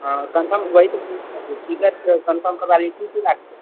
हँ कन्फर्म ओह ए पूछै हियै टिकटके कन्फर्म की की लगतै